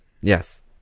yes